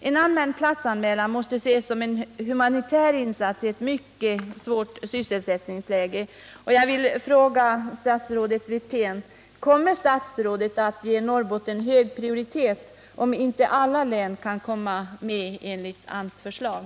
Men en allmän platsanmälan måste ses som en humanitär insats i ett mycket svårt sysselsättningsläge. Jag frågar statsrådet Wirtén: Kommer statsrådet att ge Norrbotten hög prioritet om inte alla län kan komma med enligt AMS förslag?